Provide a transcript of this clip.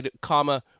comma